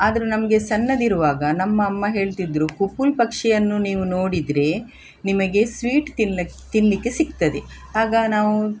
ಆದರೆ ನಮಗೆ ಸಣ್ಣದಿರ್ವಾಗ ನಮ್ಮ ಅಮ್ಮ ಹೇಳ್ತಿದ್ದರು ಕುಪುಲ್ ಪಕ್ಷಿಯನ್ನು ನೀವು ನೋಡಿದರೆ ನಿಮಗೆ ಸ್ವೀಟ್ ತಿನ್ಲಿಕ್ ತಿನ್ನಲಿಕ್ಕೆ ಸಿಗ್ತದೆ ಆಗ ನಾವು